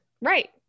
right